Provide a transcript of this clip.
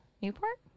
newport